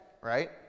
right